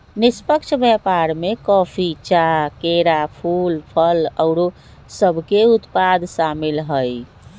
निष्पक्ष व्यापार में कॉफी, चाह, केरा, फूल, फल आउरो सभके उत्पाद सामिल हइ